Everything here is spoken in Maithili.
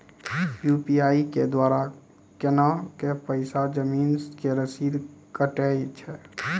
यु.पी.आई के द्वारा केना कऽ पैसा जमीन के रसीद कटैय छै?